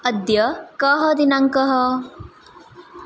अद्य कः दिनाङ्कः